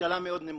השכלה מאוד נמוכה,